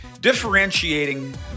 differentiating